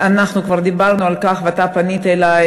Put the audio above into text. אנחנו כבר דיברנו על כך ואתה פנית אלי,